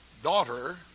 Daughter